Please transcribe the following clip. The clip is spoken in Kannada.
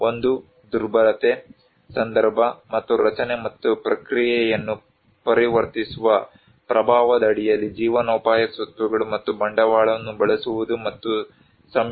ಒಂದು ದುರ್ಬಲತೆ ಸಂದರ್ಭ ಮತ್ತು ರಚನೆ ಮತ್ತು ಪ್ರಕ್ರಿಯೆಯನ್ನು ಪರಿವರ್ತಿಸುವ ಪ್ರಭಾವದಡಿಯಲ್ಲಿ ಜೀವನೋಪಾಯ ಸ್ವತ್ತುಗಳು ಮತ್ತು ಬಂಡವಾಳವನ್ನು ಬಳಸುವುದು ಮತ್ತು ಸಂಯೋಜಿಸುವುದು